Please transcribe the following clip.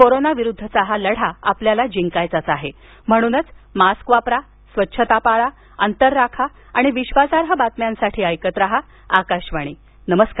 corona विरुद्धचा हा लढा आपल्याला जिंकायचा आहे म्हणूनच मास्क वापरा स्वच्छता पाळा अंतर राखा आणि विश्वासार्ह बातम्यांसाठी ऐकत रहा आकाशवाणी नमस्कार